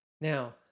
Now